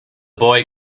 boy